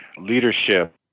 leadership